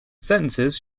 sentences